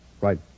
Right